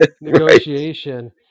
negotiation